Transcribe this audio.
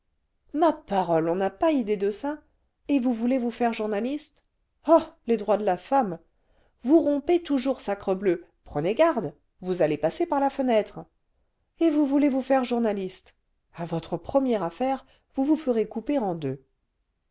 ma parole on n'a pas idée de ça et vous voulez vous faire journaliste oh les i e vingtième siècle droits de la femme vous rompez toujours sacrebleu prenez garde vous allez passer par la fenêtre et vous voulez vous faire journaliste à votre première affaire vous vous ferez couper en deux